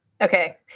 Okay